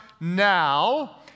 now